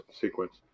sequence